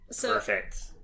Perfect